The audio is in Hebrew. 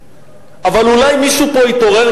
אבל אולי מישהו פה יתעורר,